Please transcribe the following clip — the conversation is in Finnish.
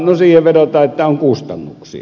no siihen vedotaan että on kustannuksia